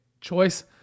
choice